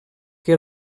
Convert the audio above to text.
que